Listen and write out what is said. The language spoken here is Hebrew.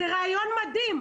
זה רעיון מדהים.